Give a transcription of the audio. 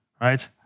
Right